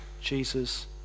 Jesus